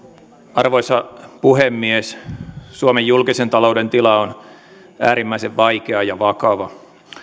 arvoisa puhemies suomen julkisen talouden tila on äärimmäisen vaikea ja vakava